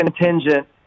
contingent